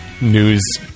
news